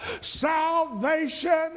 salvation